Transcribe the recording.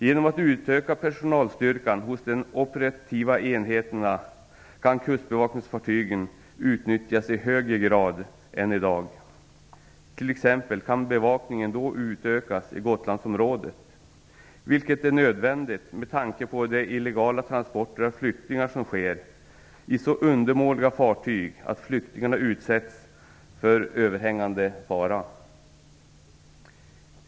Genom att utöka personalstyrkan hos de operativa enheterna kan Kustbevakningsfartygen utnyttjas i högre grad än i dag. Bevakningen kan då t.ex. utökas i Gotlandsområdet, vilket är nödvändigt med tanke på de illegala transporter av flyktingar som sker i så undermåliga fartyg att flyktingarna utsätts för överhängande fara.